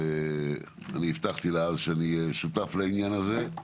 ואני הבטחתי לה אז שאני אהיה שותף לעניין הזה.